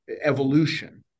evolution